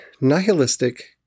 nihilistic